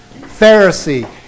Pharisee